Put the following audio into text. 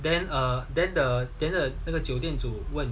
then err then the then 的那个酒店 into work